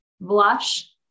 blush